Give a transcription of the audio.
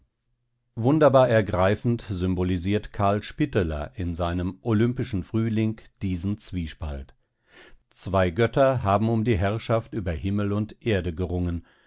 wunderbar ergreifend symbolisiert carl spitteler in seinem olympischen frühling diesen zwiespalt zwei götter haben um die herrschaft über himmel und erde gerungen